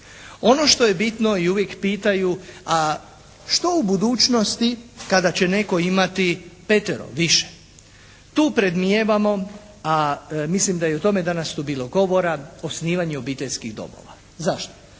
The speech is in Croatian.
Ono što je bitno i uvijek pitaju, a što u budućnosti kada će netko imati petero, više. Tu predmnijevamo, a mislim da je i o tome danas tu bilo govora osnivanju obiteljskih domova. Zašto?